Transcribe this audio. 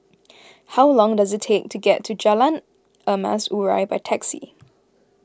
how long does it take to get to Jalan Emas Urai by taxi